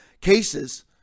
cases